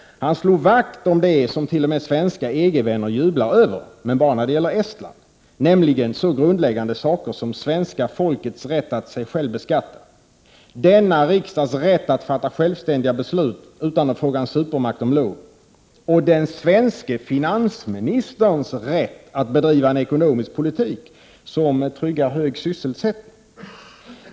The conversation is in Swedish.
Han slog vakt om det som t.o.m. svenska EG-vänner jublar över — men bara när det gäller Estland — nämligen så grundläggande saker som svenska folkets rätt att sig självt beskatta, denna riksdags rätt att fatta självständiga beslut utan att fråga en supermakt om lov och den svenske finansministerns sätt att bedriva en ekonomisk politik som tryggar hög sysselsättning.